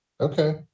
Okay